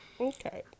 Okay